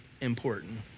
important